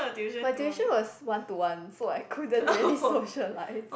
my tuition was one to one so I couldn't really socialize